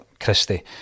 Christie